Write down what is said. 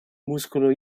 muscolo